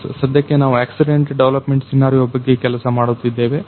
S ಸದ್ಯಕ್ಕೆ ನಾವು accident development scenario ಬಗ್ಗೆ ಕೆಲಸ ಮಾಡುತ್ತಿದ್ದೇವೆ